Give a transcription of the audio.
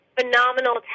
phenomenal